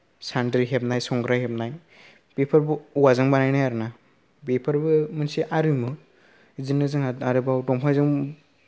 सान्द्रि हेबनाय सन्द्राय हेबनाय बेफोर औवाजों बानाय आरो ना बेफोरबो मोनसे आरिमु बिदिनो जोंहा आरोबाव दंफांजों